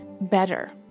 better